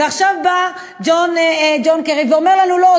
ועכשיו בא ג'ון קרי ואומר לנו: לא,